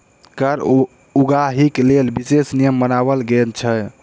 कर उगाहीक लेल विशेष नियम बनाओल गेल छै